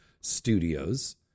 Studios